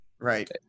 Right